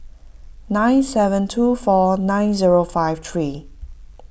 nine seven two four nine zero five three